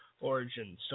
origin